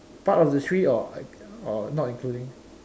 part of the three or or not including